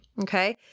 Okay